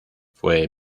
fue